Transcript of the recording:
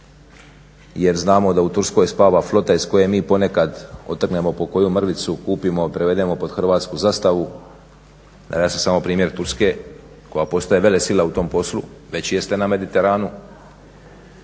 Jer znamo da u Turskoj spava flota iz koje mi ponekad otrgnemo po koju mrvicu, kupimo, prevedemo pod hrvatsku zastavu a ja sam samo primjer Turske koja postaje velesila u tom poslu, već jeste na Mediteranu